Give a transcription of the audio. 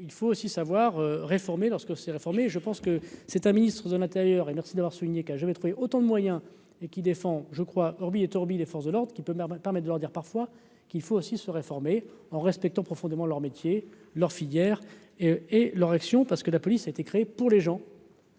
il faut aussi savoir réformer lorsque réformer, je pense que c'est un ministre de l'Intérieur et merci d'avoir souligné qu'a jamais trouvé autant de moyens et qui défend je crois hormis étourdi les forces de l'ordre qui peut permet de leur dire parfois qu'il faut aussi se réformer en respectant profondément leur métier, leur filière et et leur action parce que la police a été créé pour les gens.